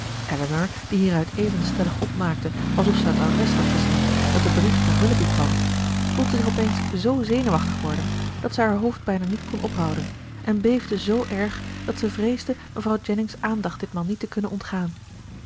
elinor die hieruit even stellig opmaakte alsof zij het adres had gezien dat de brief van willoughby kwam voelde zich op eens z zenuwachtig worden dat zij haar hoofd bijna niet kon ophouden en beefde zoo erg dat zij vreesde mevrouw jennings aandacht ditmaal niet te kunnen ontgaan